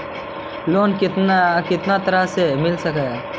Loan कितना तरह से मिल सक है?